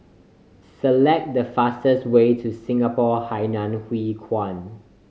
select the fastest way to Singapore Hainan Hwee Kuan